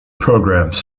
programs